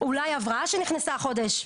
הבראה שנכנסה החודש,